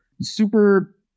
Super